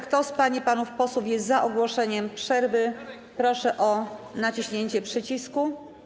Kto z pań i panów posłów jest za ogłoszeniem przerwy, proszę o naciśnięcie przycisku.